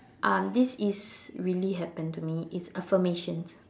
um this is really happened to me it's affirmation